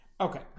Okay